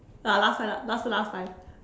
ya last time lah last time last time